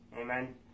Amen